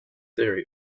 theory